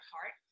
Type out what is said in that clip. heart